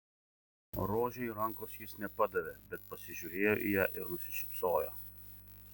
rožei rankos jis nepadavė bet pasižiūrėjo į ją ir nusišypsojo